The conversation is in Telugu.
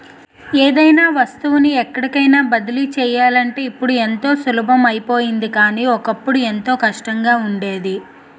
ఏదైనా వస్తువుని ఎక్కడికైన బదిలీ చెయ్యాలంటే ఇప్పుడు ఎంతో సులభం అయిపోయింది కానీ, ఒకప్పుడు ఎంతో కష్టంగా ఉండేది